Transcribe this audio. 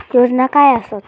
योजना काय आसत?